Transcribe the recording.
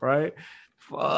Right